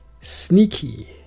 sneaky